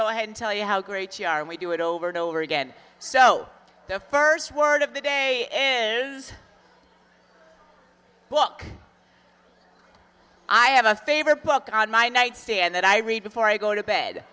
go ahead and tell you how great you are and we do it over and over again so the first word of the day is book i have a favorite book on my nightstand that i read before i go to bed